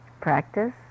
practice